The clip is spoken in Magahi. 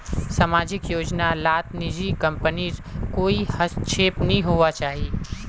सामाजिक योजना लात निजी कम्पनीर कोए हस्तक्षेप नि होवा चाहि